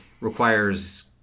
requires